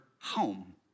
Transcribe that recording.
home